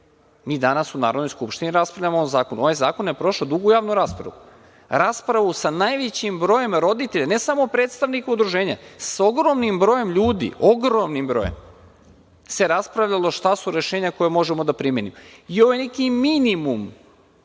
Mi danas u Narodnoj skupštini raspravljamo o ovom zakonu. Ovaj zakon je prošao dugu javnu raspravu, raspravu sa najvećim brojem roditelja, ne samo predstavnika udruženja, sa ogromnim brojem ljudi, ogromnim brojem se raspravljalo šta su rešenja koja možemo da primenimo. Ovo je neki minimum